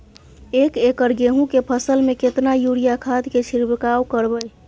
एक एकर गेहूँ के फसल में केतना यूरिया खाद के छिरकाव करबैई?